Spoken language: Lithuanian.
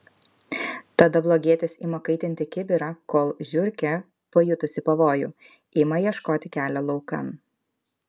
tada blogietis ima kaitinti kibirą kol žiurkė pajutusi pavojų ima ieškoti kelio laukan